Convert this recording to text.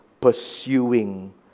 pursuing